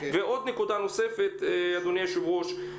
עוד נקודה נוספת, אדוני היושב-ראש.